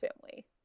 family